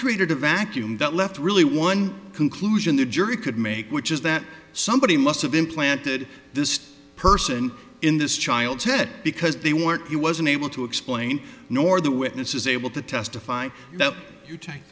created a vacuum that left really one conclusion the jury could make which is that somebody must have implanted this person in this child's head because they were he was unable to explain nor the witness is able to testify that you take